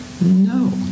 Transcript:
No